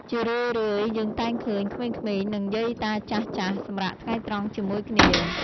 ជារឿយៗ យើងតែងឃើញ ក្មេងៗ និងយាយតាចាស់ៗសម្រាកថ្ងៃត្រង់ជាមួយគ្នា។